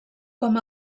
com